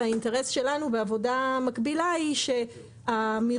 והאינטרס שלנו בעבודה מקבילה הוא שהמרשם